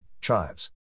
Chives